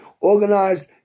organized